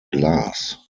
glas